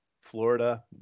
Florida